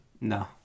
No